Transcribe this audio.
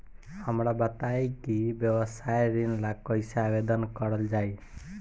हमरा बताई कि व्यवसाय ऋण ला कइसे आवेदन करल जाई?